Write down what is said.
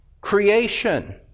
Creation